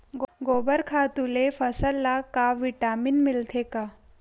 गोबर खातु ले फसल ल का विटामिन मिलथे का?